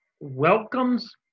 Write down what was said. welcomes